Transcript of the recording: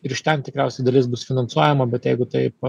ir iš ten tikriausiai dalis bus finansuojama bet jeigu taip